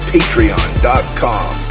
Patreon.com